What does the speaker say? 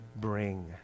bring